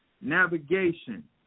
navigation